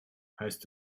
heißt